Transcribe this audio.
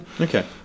Okay